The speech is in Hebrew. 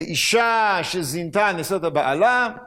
אישה שזינתה הנסות הבעלה.